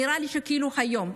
נראה לי שכאילו זה היום.